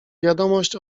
wiadomość